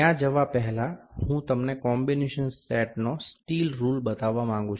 ત્યાં જવા પહેલાં હું તમને કોમ્બિનેશન સેટનો સ્ટીલ રુલ બતાવવા માંગું છું